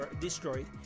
destroyed